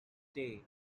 day